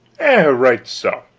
ah, right so